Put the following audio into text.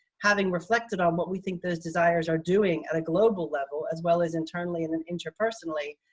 having reflected on what we think those desires are doing at a global level as well as internally in an inter personally,